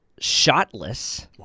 shotless